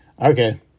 Okay